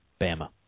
Bama